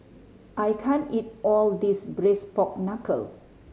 I can't eat all this Braised Pork Knuckle